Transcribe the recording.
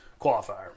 qualifier